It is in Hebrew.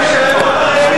תודה.